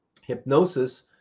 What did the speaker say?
Hypnosis